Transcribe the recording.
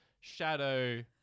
Shadow